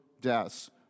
deaths